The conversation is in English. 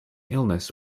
illness